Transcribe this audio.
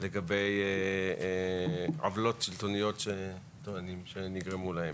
לגבי עוולות שלטוניות שהם טוענים שנגרמו להם.